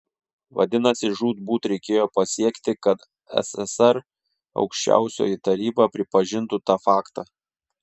vadinasi žūtbūt reikėjo pasiekti kad sssr aukščiausioji taryba pripažintų tą faktą